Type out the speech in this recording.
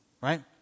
Right